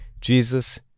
Jesus